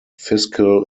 fiscal